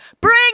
Bring